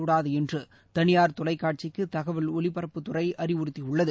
கூடாது என்று தனியார் தொலைக்காட்சிக்கு தகவல் ஒலிபரப்புத்துறை அறிவுறுத்தியுள்ளது